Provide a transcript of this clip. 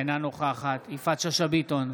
אינה נוכחת יפעת שאשא ביטון,